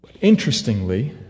Interestingly